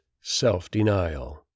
Self-Denial